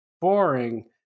boring